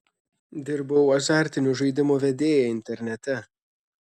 dirbau azartinių žaidimų vedėja internete